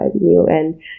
you—and